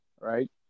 right